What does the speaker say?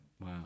Wow